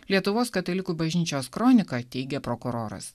lietuvos katalikų bažnyčios kronika teigė prokuroras